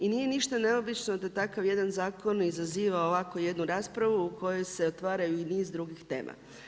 I nije ništa neobično da takav jedan zakon izaziva ovako jednu raspravu u kojoj se otvaraju i niz drugih tema.